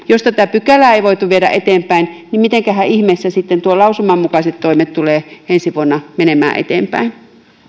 jos tätä pykälää ei voitu viedä eteenpäin niin mitenkähän ihmeessä sitten tuon lausuman mukaiset toimet tulevat ensi vuonna menemään eteenpäin